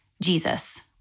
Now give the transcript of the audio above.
Jesus